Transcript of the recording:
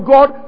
God